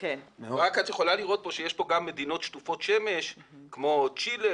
את יכולה לראות כאן שיש גם מדינות שטופות שמש כמו צ'ילה